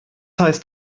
heißt